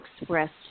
expressed